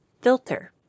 Filter